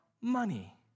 money